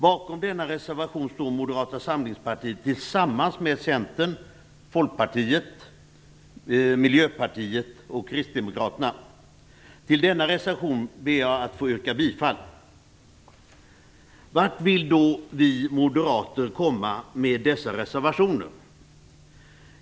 Bakom denna reservation står Folkpartiet, Miljöpartiet och kristdemokraterna. Till denna reservation ber jag att få yrka bifall. Vart vill då vi moderater komma med dessa reservationer?